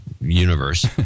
universe